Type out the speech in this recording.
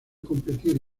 competir